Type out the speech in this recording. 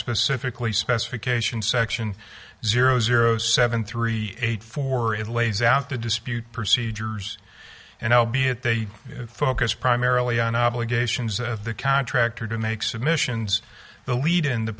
specifically specifications section zero zero seven three eight four it lays out the dispute procedures and i'll be at they focus primarily on obligations at the contractor to make submissions the lead in